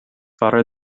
fare